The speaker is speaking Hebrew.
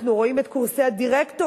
אנחנו רואים את קורסי הדירקטוריות,